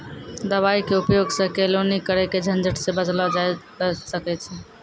दवाई के उपयोग सॅ केलौनी करे के झंझट सॅ बचलो जाय ल सकै छै